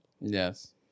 Yes